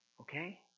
Okay